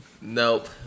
Nope